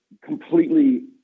completely